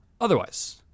Otherwise